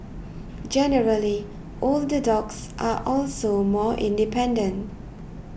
generally older dogs are also more independent